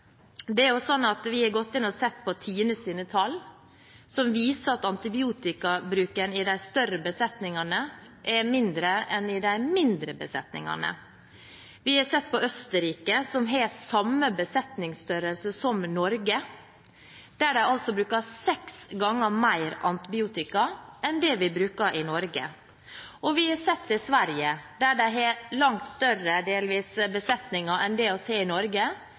besetningene er mindre enn i de mindre besetningene. Vi har sett på Østerrike, som har samme besetningsstørrelse som Norge, der de bruker seks ganger mer antibiotika enn det vi bruker i Norge, og vi har sett til Sverige, der de delvis har langt større besetninger enn det vi har i Norge.